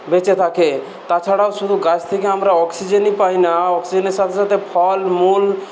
বেঁচে থাকে তা ছাড়াও শুধু গাছ থেকে আমরা অক্সিজনই পাই না অক্সিজনের সাথে সাথে ফলমূল